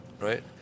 right